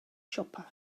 siopau